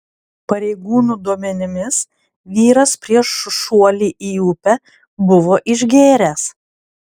pareigūnų duomenimis vyras prieš šuolį į upę buvo išgėręs